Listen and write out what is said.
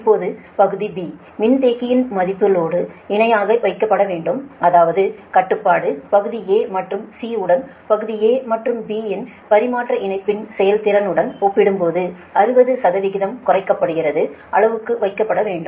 இப்போது பகுதி மின்தேக்கியின் மதிப்பு லோடுக்குஇணையாக வைக்கப்பட வேண்டும் அதாவது கட்டுப்பாடு பகுதி மற்றும் உடன் பகுதி மற்றும் இன் பரிமாற்ற இணைப்பின் செயல்திறன் உடன் ஒப்பிடும்போது 60 குறைக்கப்படும் அளவுக்கு வைக்கப்படவேண்டும்